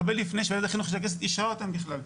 הרבה לפני שוועדת החינוך של הכנסת אישרה אותם בכלל.